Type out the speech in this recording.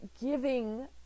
giving